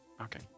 Okay